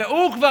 והוא כבר,